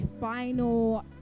final